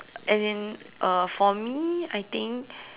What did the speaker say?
as in uh for me I think